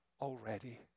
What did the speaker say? already